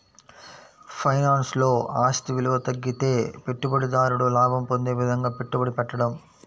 ఫైనాన్స్లో, ఆస్తి విలువ తగ్గితే పెట్టుబడిదారుడు లాభం పొందే విధంగా పెట్టుబడి పెట్టడం